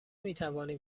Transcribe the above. میتوانیم